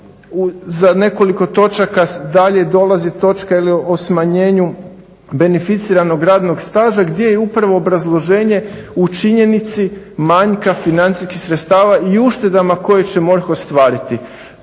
za nekoliko točaka dalje dolazi točka o smanjenju beneficiranog radnog staža gdje je upravo obrazloženje u činjenici manjka financijskih sredstava i uštedama koje će MORH ostvariti.